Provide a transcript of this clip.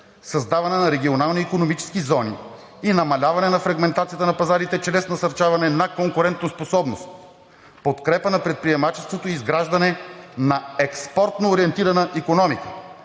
създаване на регионални икономически зони и намаляване на фрагментация на пазарите чрез насърчаване на конкурентоспособността; подкрепа на предприемачеството и изграждане на експортно ориентирана икономика;